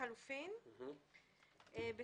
הכלולה בסעיף 26 לחוק הגנים הלאומיים הקיים,